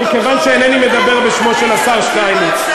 אינני מדבר בשמו של השר שטייניץ.